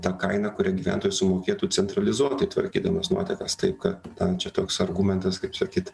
tą kainą kurią gyventojas sumokėtų centralizuotai tvarkydamas nuotekas taip kad čia toks argumentas kaip sakyt